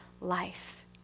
life